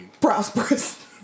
prosperous